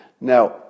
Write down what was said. Now